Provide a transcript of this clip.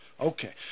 Okay